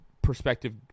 perspective